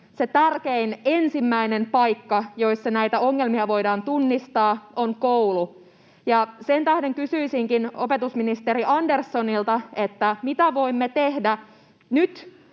tärkein, ensimmäinen paikka, jossa näitä ongelmia voidaan tunnistaa, on koulu. Sen tähden kysyisinkin opetusministeri Anderssonilta: Mitä voimme tehdä nyt